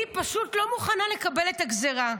היא פשוט לא מוכנה לקבל את הגזרה,